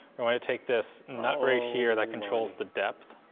going to take this nut right here that controls the depth.